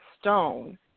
stone